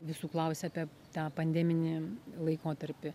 visų klausia apie tą pandeminį laikotarpį